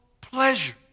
pleasure